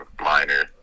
minor